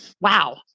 Wow